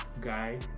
guy